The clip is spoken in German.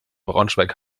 braunschweig